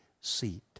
seat